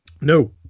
No